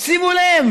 שימו לב